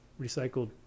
recycled